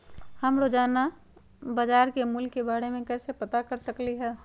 हम रोजाना बाजार के मूल्य के के बारे में कैसे पता कर सकली ह?